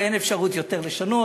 ואין אפשרות עוד לשנות.